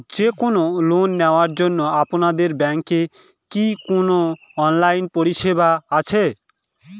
যে কোন লোন নেওয়ার জন্য আপনাদের ব্যাঙ্কের কি কোন অনলাইনে পরিষেবা আছে?